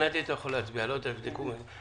לא יודע, יבדקו.